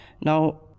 now